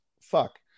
fuck